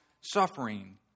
suffering